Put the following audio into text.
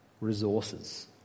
resources